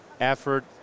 effort